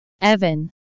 Evan